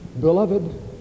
Beloved